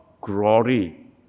glory